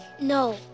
No